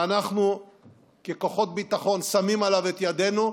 ואנחנו ככוחות ביטחון שמים עליו את ידינו,